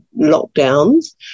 lockdowns